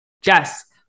Jess